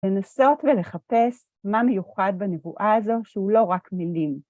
לנסות ולחפש מה מיוחד בנבואה הזו שהוא לא רק מילים.